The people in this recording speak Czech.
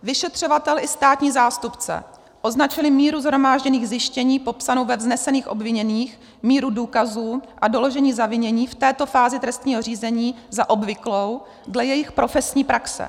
Vyšetřovatel i státní zástupce označili míru shromážděných zjištění popsanou ve vznesených obviněních, míru důkazů a doložení zavinění v této fázi trestního řízení za obvyklou dle jejich profesní praxe.